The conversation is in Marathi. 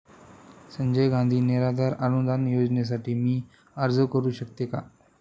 संजय गांधी निराधार अनुदान योजनेसाठी मी अर्ज करू शकते का?